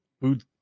food